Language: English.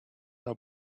now